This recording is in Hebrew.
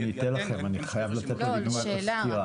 רק שאלה.